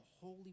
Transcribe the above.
holy